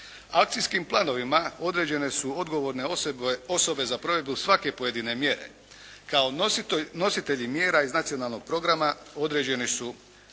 Akcijskim planovima određene su odgovorne osobe za provedbu svake pojedine mjere. Kao nositelji mjera iz nacionalnog programa određeni su